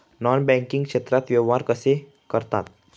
Non banking क्षेत्रात व्यवहार कसे करतात?